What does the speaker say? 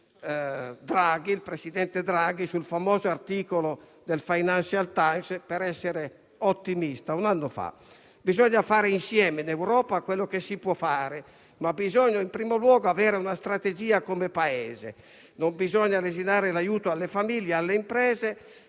il presidente Draghi sul famoso articolo del «Financial Times» per essere ottimista, un anno fa: bisogna fare insieme in Europa quello che si può fare, ma bisogna in primo luogo avere una strategia come Paese. Non bisogna lesinare l'aiuto alle famiglie e alle imprese,